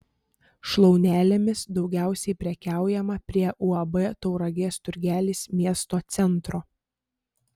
šlaunelėmis daugiausiai prekiaujama prie uab tauragės turgelis miesto centro